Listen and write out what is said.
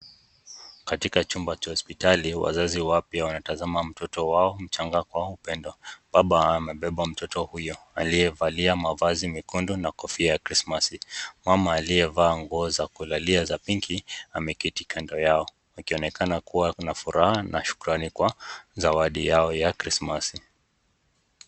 Katika chumba cha hospitali, wazazi wapya wanatazama mtoto wao kwa upendo, baba yao amebeba mtoto huyo aliyevalia kofia nyekundu na kofia ya krismasi, mama aliyevaa nguo za kulalai aza pinki, ameketi kando yao, ikionekana kuwa kuna furaha na shukrani kwa zawadi yao ya krismasi.